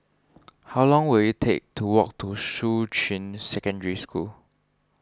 how long will it take to walk to Shuqun Secondary School